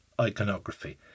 iconography